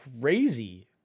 crazy